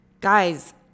Guys